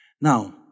Now